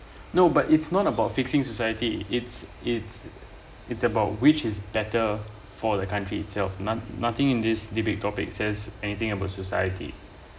no but it's not about fixing society it's it's it's about which is better for the country itself not~ nothing in this debate topic says anything about society